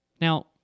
Now